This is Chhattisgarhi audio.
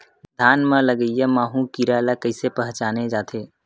धान म लगईया माहु कीरा ल कइसे पहचाने जाथे?